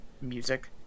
music